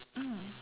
mm